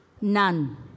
None